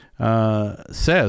Says